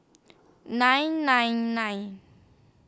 nine nine nine